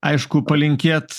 aišku palinkėt